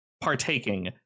partaking